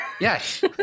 Yes